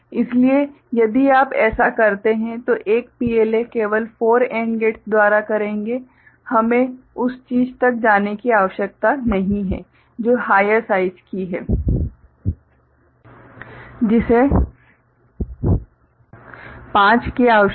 इसलिए यदि आप ऐसा करते हैं तो एक PLA केवल 4 AND गेट्स द्वार करेंगे हमें उस चीज़ तक जाने की आवश्यकता नहीं है जो हाइयर साइज़ की है जिसे पाँच सुधार की आवश्यकता है